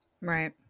right